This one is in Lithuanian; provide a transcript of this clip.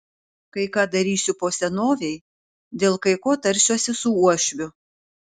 kai ką darysiu po senovei dėl kai ko tarsiuosi su uošviu